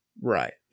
Right